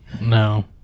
No